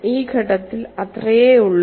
ഈ ഘട്ടത്തിൽ അത്രയേയുള്ളൂ